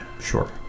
Sure